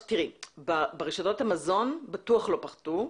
ברשתות המזון בטוח לא פחתו,